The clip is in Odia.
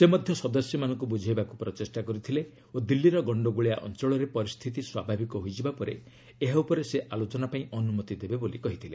ସେ ମଧ୍ୟ ସଦସ୍ୟମାନଙ୍କୁ ବୁଝାଇବାକୁ ପ୍ରଚେଷ୍ଟା କରିଥିଲେ ଓ ଦିଲ୍ଲୀର ଗଣ୍ଡଗୋଳିଆ ଅଞ୍ଚଳରେ ପରିସ୍ଥିତି ସ୍ୱାଭାବିକ ହୋଇଯିବା ପରେ ଏହା ଉପରେ ସେ ଆଲୋଚନା ପାଇଁ ଅନୁମତି ଦେବେ ବୋଲି କହିଥିଲେ